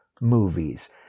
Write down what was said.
movies